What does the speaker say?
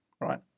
Right